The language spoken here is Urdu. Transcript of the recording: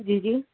جی جی